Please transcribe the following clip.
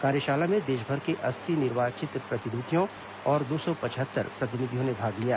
कार्यशाला में देशभर के अस्सी निर्वाचित जनप्रतिनिधियों और दो सौ पचहत्तर प्रतिनिधियों ने भाग लिया